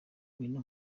ngwino